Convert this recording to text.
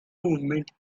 movement